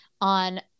on